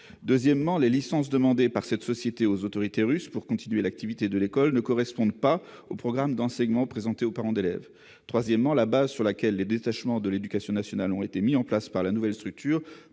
Deuxièmement, les licences demandées par cette société aux autorités russes pour continuer l'activité de l'école ne correspondent pas au programme d'enseignement présenté aux parents d'élèves. Troisièmement, la base sur laquelle les détachements de titulaires de l'éducation nationale ont été mis en place dans la nouvelle structure